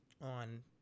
on